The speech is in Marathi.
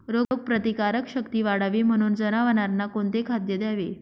रोगप्रतिकारक शक्ती वाढावी म्हणून जनावरांना कोणते खाद्य द्यावे?